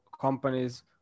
companies